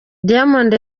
diamond